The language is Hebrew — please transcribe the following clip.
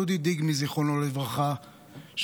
זיכרונו לברכה,